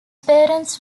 parents